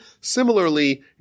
Similarly